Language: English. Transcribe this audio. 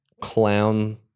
clown